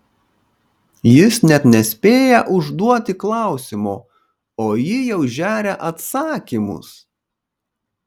jis net nespėja užduoti klausimo o ji jau žeria atsakymus